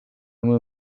una